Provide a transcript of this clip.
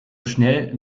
schnell